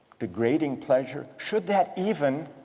degrading pleasure, should that even